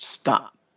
stop